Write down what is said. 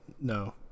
no